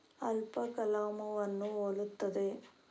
alpaca ಲಾಮೂವನ್ನು ಹೋಲುತ್ತದೆ